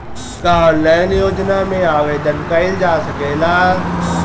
का ऑनलाइन योजना में आवेदन कईल जा सकेला?